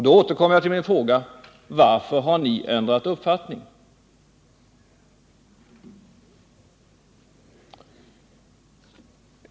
Då återkommer jag till min fråga: Varför har ni ändrat uppfattning?